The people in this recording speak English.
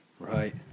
Right